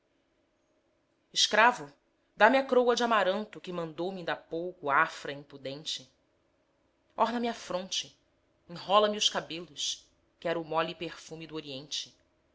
impaciência escravo dá-me a c'roa de amaranto que mandou-me inda há pouco afra impudente orna me a fronte enrola me os cabelos quero o mole perfume do oriente